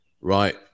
right